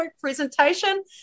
presentation